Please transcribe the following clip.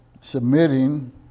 submitting